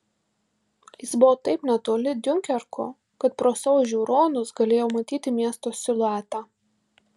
jis buvo taip netoli diunkerko kad pro savo žiūronus galėjo matyti miesto siluetą